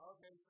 Okay